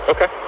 Okay